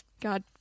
God